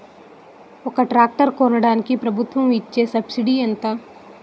ఒక ట్రాక్టర్ కొనడానికి ప్రభుత్వం ఇచే సబ్సిడీ ఎంత?